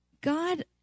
God